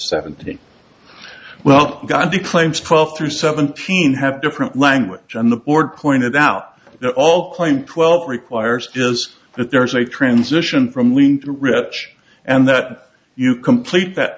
seventy well god he claims twelve through seventeen have different language on the board pointed out they're all claimed twelve requires just that there is a transition from lean to rich and that you complete that